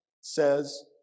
says